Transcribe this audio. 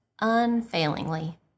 unfailingly